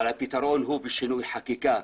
אבל הפתרון הוא בשינוי חקיקה,